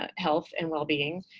ah health and well-being.